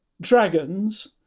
dragons